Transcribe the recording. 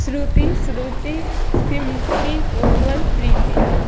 Shruti Suruchi Simpi Komal Preeti